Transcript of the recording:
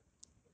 ya ya